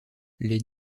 les